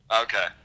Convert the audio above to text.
Okay